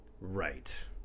right